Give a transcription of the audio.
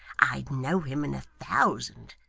i'd know him in a thousand.